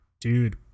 Dude